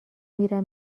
میرم